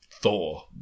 Thor